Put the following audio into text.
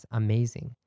amazing